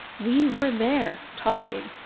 we were there, talking.